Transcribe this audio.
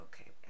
Okay